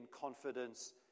confidence